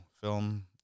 film